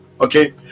okay